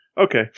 okay